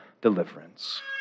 deliverance